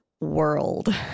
world